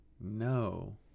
No